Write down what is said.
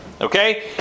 Okay